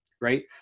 Right